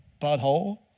butthole